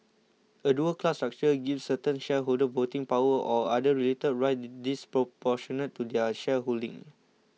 a dual class structure gives certain shareholders voting power or other related rights disproportionate to their shareholding